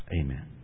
Amen